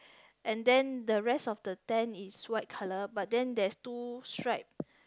and then the rest of the tent is white colour but then there's two stripe